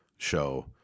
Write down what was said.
show